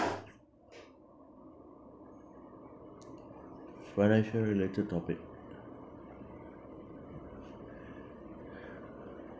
financial related topic